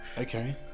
Okay